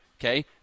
okay